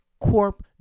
Corp